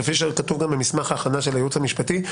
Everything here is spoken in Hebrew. כפי שגם כתוב במסמך ההכנה של הייעוץ המשפטי,